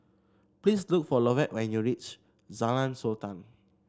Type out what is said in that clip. please look for Lovett when you reach Jalan Sultan